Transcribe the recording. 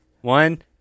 One